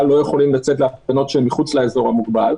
לא יכולים לצאת להפגנות שמחוץ לאזור המוגבל,